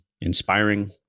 inspiring